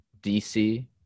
DC